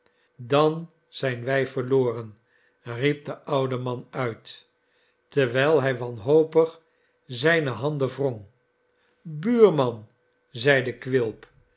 dan zijn wij verloren riep de oude man uit terwijl hij wanhopig zijne handen wrong buurman zeide quilp